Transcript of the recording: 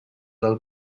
del